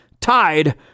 tied